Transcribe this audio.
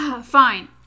Fine